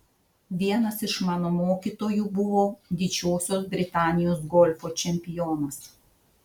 vienas iš mano mokytojų buvo didžiosios britanijos golfo čempionas